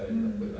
mm